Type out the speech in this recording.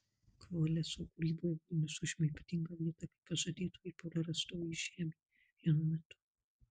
chvoleso kūryboje vilnius užima ypatingą vietą kaip pažadėtoji ir prarastoji žemė vienu metu